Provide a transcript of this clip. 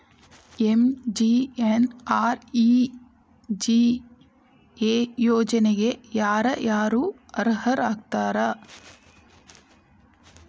MGNREGA ಯೋಜನೆಗೆ ಯಾರ ಯಾರು ಅರ್ಹರು ಆಗ್ತಾರ?